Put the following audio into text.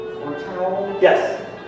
Yes